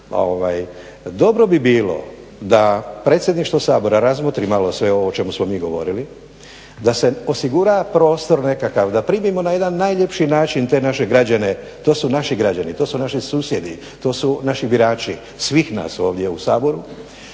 dobro bi bilo da predsjedništvo Sabora razmotri malo sve ovo o čemu smo mi govorili, da se osigura prostor nekakav, da primimo na jedan najljepši način te naše građane. To su naši građani, to su naši susjedi, to su naši birači svih nas ovdje u Saboru,